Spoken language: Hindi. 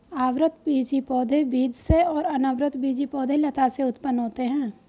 आवृतबीजी पौधे बीज से और अनावृतबीजी पौधे लता से उत्पन्न होते है